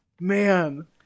Man